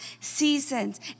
seasons